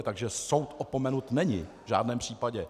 Takže soud opomenut není v žádném případě.